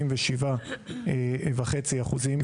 97.5% --- כי לא צריך ועדות קבלה.